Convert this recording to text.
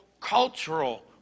cultural